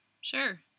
sure